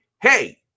hey